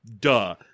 Duh